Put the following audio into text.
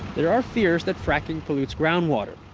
there are fears that fracking pollutes groundwater.